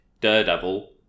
Daredevil